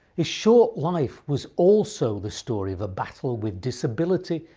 his short life was also the story of a battle with disability,